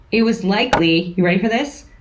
it was likely you ready for this?